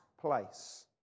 place